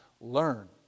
learn